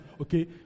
okay